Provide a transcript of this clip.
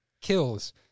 Kills